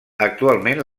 actualment